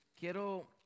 Quiero